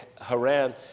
Haran